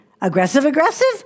aggressive-aggressive